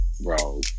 bro